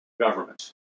government